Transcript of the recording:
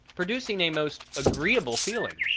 producing a most agreeable feeling.